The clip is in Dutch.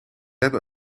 hebben